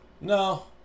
No